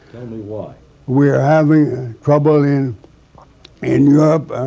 me why? we were having trouble in in europe.